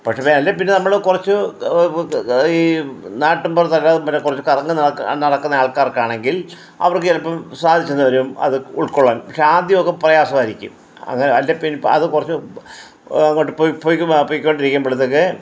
പക്ഷേ അല്ലെ പിന്നെ നമ്മൾ കുറച്ച് അത് ഈ നാട്ടുമ്പുറത്തൊക്കെ പിന്നെ കുറച്ച് കറങ്ങി നടന്ന് നടക്കുന്ന ആൾക്കാർക്കാണെങ്കിൽ അവർക്ക് ചിലപ്പം സാധിച്ചെന്ന് വരും അത് ഉൾകൊള്ളാൻ പക്ഷേ ആദ്യമൊക്കെ പ്രയാസമായിരിക്കും അങ്ങനെ അല്ലെ പിന്നെ അത് കുറച്ച് അങ്ങോട്ട് പോയി പോയി പോയി കൊണ്ടിരിക്കുമ്പളത്തേക്ക്